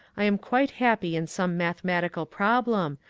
i am quite happy in some mathematical problem,